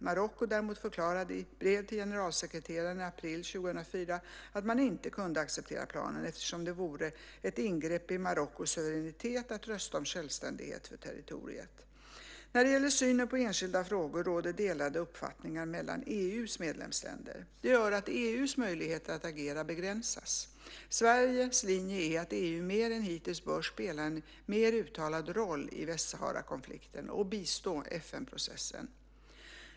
Marocko däremot förklarade, i brev till generalsekreteraren i april 2004, att man inte kunde acceptera planen eftersom det vore ett ingrepp i Marockos suveränitet att rösta om självständighet för territoriet. När det gäller synen på enskilda frågor råder delade uppfattningar mellan EU:s medlemsländer. Det gör att EU:s möjligheter att agera begränsas. Sveriges linje är att EU mer än hittills bör spela en mer uttalad roll i Västsaharakonflikten och bistå FN-processen.